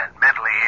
mentally